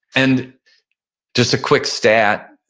and just a quick stat,